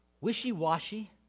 wishy-washy